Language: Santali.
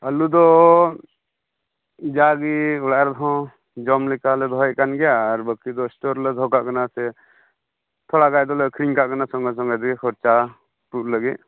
ᱟᱹᱞᱩ ᱫᱚ ᱡᱟ ᱜᱮ ᱚᱲᱟᱜ ᱨᱮᱦᱚᱸ ᱡᱚᱢ ᱞᱮᱠᱟ ᱞᱮ ᱫᱚᱦᱚᱭᱮᱫ ᱠᱟᱱ ᱜᱮᱭᱟ ᱟᱨ ᱵᱟᱠᱤ ᱫᱚ ᱥᱴᱳᱨ ᱨᱮᱞᱮ ᱫᱚᱦᱚ ᱠᱟᱜ ᱠᱟᱱᱟ ᱥᱮ ᱛᱷᱚᱲᱟ ᱜᱟᱱ ᱫᱚᱞᱮ ᱟᱹᱠᱷᱨᱤᱧ ᱠᱟᱜ ᱠᱟᱱᱟ ᱥᱚᱸᱜᱮ ᱥᱚᱸᱜᱮ ᱛᱮᱜᱮ ᱠᱷᱚᱨᱪᱟ ᱛᱩᱫ ᱞᱟᱹᱜᱤᱫ